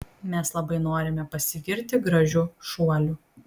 mes labai norime pasigirti gražiu šuoliu